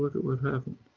at what happened.